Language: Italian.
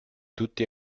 tutti